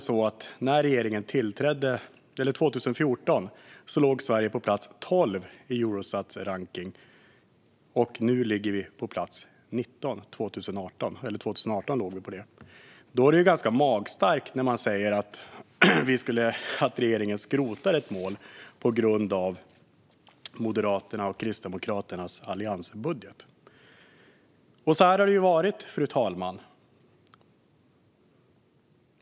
Sverige låg 2014 på plats 12 i Eurostats rankning, och 2018 låg vi på plats 19. Då är det ganska magstarkt att säga att regeringen skrotar ett mål på grund av Moderaternas och Kristdemokraternas alliansbudget. Så här har det varit, fru talman.